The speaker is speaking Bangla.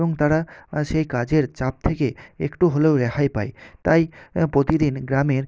এবং তারা সেই কাজের চাপ থেকে একটু হলেও রেহাই পায় তাই প্রতিদিন গ্রামের